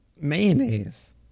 mayonnaise